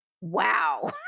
Wow